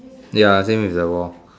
ya same as the wall